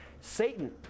Satan